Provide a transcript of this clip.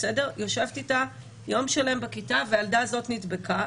יום שלם בכיתה והילדה הזאת נדבקה.